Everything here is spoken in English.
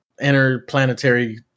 interplanetary